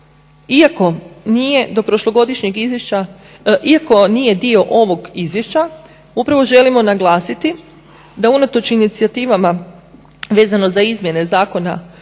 iako nije dio ovog izvješća upravo želimo naglasiti da unatoč inicijativama vezano za izmjene Zakona